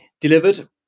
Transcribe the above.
delivered